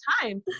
time